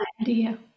idea